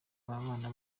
ababana